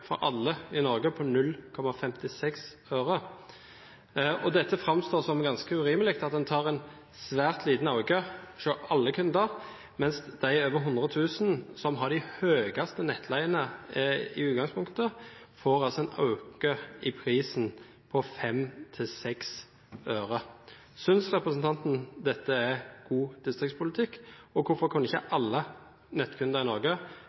for alle i Norge på 0,56 øre. Det framstår som ganske urimelig at man tar en svært liten økning fra alle kunder, mens de over 100 000 som har de høyeste nettleiene i utgangspunktet, altså får en økning i prisen på 5–6 øre. Synes representanten dette er god distriktspolitikk, og hvorfor kunne ikke alle nettkunder i Norge